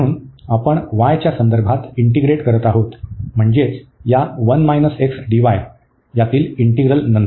म्हणून आपण y च्या संदर्भात इंटीग्रेट करीत आहोत म्हणजेच या 1 x dy आतील इंटीग्रल नंतर